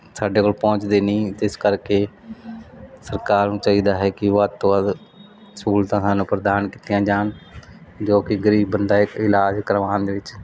ਸਾਡੇ ਕੋਲ ਪਹੁੰਚਦੀ ਨਹੀਂ ਅਤੇ ਇਸ ਕਰਕੇ ਸਰਕਾਰ ਨੂੰ ਚਾਹੀਦਾ ਹੈ ਕਿ ਉਹ ਵੱਧ ਤੋਂ ਵੱਧ ਸਹੂਲਤਾਂ ਸਾਨੂੰ ਪ੍ਰਦਾਨ ਕੀਤੀਆਂ ਜਾਣ ਜੋ ਕਿ ਗਰੀਬ ਬੰਦਾ ਇੱਕ ਇਲਾਜ ਕਰਵਾਉਣ ਦੇ ਵਿੱਚ